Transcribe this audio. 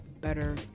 better